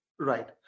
right